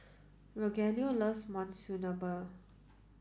Rogelio loves Monsunabe